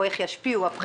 או איך ישפיעו הבחירות.